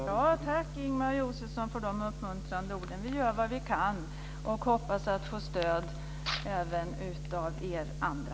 Herr talman! Tack, Ingemar Josefsson, för de uppmuntrande orden! Vi gör vad vi kan och hoppas på stöd även från er andra.